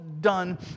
done